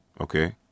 okay